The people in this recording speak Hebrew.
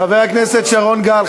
חבר הכנסת שרון גל.